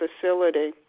facility